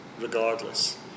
regardless